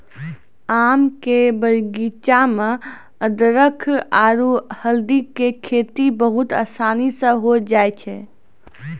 आम के बगीचा मॅ अदरख आरो हल्दी के खेती बहुत आसानी स होय जाय छै